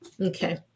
Okay